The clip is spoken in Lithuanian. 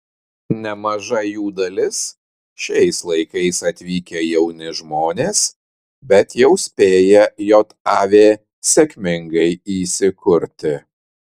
nemaža jų dalis šiais laikais atvykę jauni žmonės bet jau spėję jav sėkmingai įsikurti